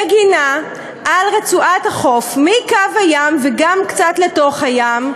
היא מגינה על רצועת החוף מקו הים וגם קצת לתוך הים,